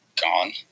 gone